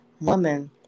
woman